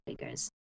figures